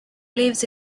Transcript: lives